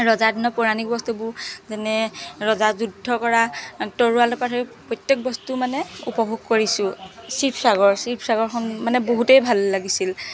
ৰজা দিনৰ পৌৰাণিক বস্তুবোৰ যেনে ৰজা যুদ্ধ কৰা তৰোৱালৰ পৰা ধৰি প্ৰত্যেক বস্তু মানে উপভোগ কৰিছো শিবসাগৰ শিবসাগৰখন মানে বহুতেই ভাল লাগিছিল